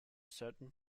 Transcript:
certain